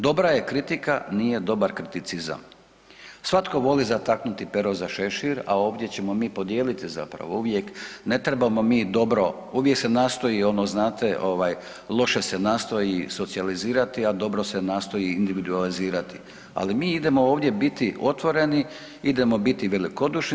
Dobra je kritika, nije dobar kriticizam, svatko voli zataknuti pero za šešir, a ovdje ćemo mi podijeliti zapravo uvijek ne trebamo mi dobro uvijek se nastoji ono znate loše se nastoji socijalizirati, a dobro se nastoji individualizirati, ali mi idemo ovdje biti otvoreni, idemo biti velikodušni.